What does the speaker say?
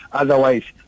otherwise